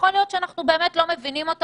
יכול להיות שאנחנו באמת לא מבינים אותו,